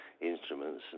instruments